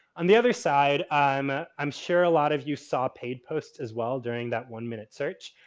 on the other side i'm i'm sure a lot of you saw paid posts as well during that one minute search.